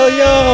yo